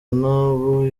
n’ubu